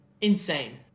insane